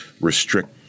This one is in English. restrict